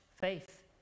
faith